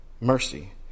Mercy